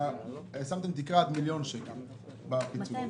תקרה עד מיליון שקל בפיצוי.